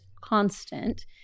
constant